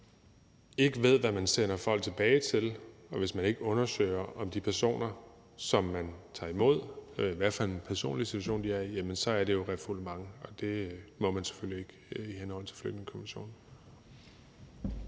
hvis man ikke ved, hvad man sender folk tilbage til, og hvis man ikke undersøger, hvad for en personlig situation de personer, som man tager imod, er i, er det jo refoulement, og det må man selvfølgelig ikke i henhold til flygtningekonventionen.